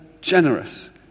generous